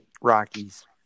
Rockies